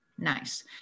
Nice